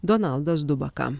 donaldas dubaka